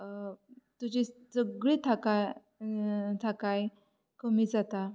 तूजी सगळी थाकाय थाकाय कमी जाता